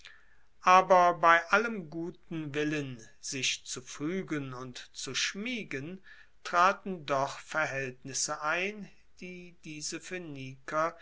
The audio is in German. aber bei allem guten willen sich zu fuegen und zu schmiegen traten doch verhaeltnisse ein die diese phoeniker